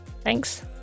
Thanks